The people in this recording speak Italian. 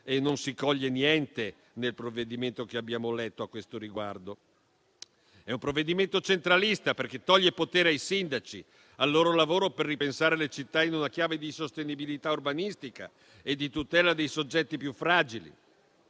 a questo riguardo nel provvedimento che abbiamo letto. È un provvedimento centralista, perché toglie potere ai sindaci, al loro lavoro per ripensare le città in una chiave di sostenibilità urbanistica e di tutela dei soggetti più fragili.